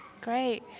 Great